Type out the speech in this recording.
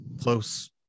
close